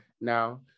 Now